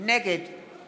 נגד